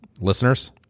listeners